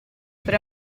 fra